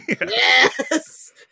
yes